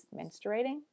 menstruating